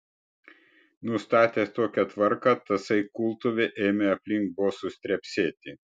nustatęs tokią tvarką tasai kultuvė ėmė aplink bosus trepsėti